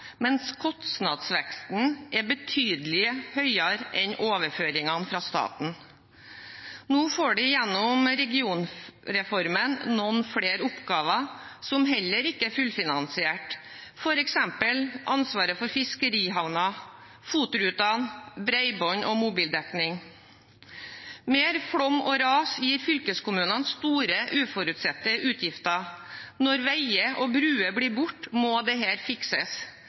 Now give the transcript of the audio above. kostnadsveksten er betydelig høyere enn overføringene fra staten. Nå får de gjennom regionreformen noen flere oppgaver som heller ikke er fullfinansiert, f.eks. ansvaret for fiskerihavner, FOT-rutene, bredbånd og mobildekning. Mer flom og ras gir fylkeskommunene store uforutsette utgifter. Når veier og bruer blir borte, må dette fikses. Det